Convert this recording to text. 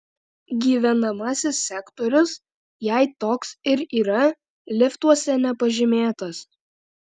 gyvenamasis sektorius jei toks ir yra liftuose nepažymėtas